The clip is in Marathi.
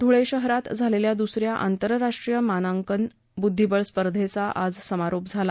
धूळे शहरात झालेल्या दूसऱ्या आंतस्राष्ट्रीय मानांकन बुध्दीबळ स्पर्धेचा आज समारोप झाला